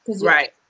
Right